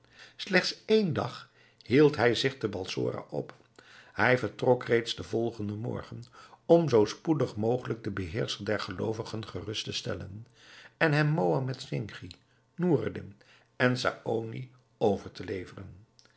slechts één dag hield hij zich te balsora op hij vertrok reeds den volgenden morgen om zoo spoedig mogelijk den beheerscher der geloovigen gerust te stellen en hem mohammed zinchi noureddin en saony over te leveren